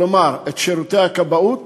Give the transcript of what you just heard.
כלומר את שירותי הכבאות,